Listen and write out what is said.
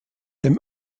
dem